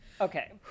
Okay